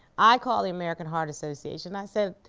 i called the american heart association. i said,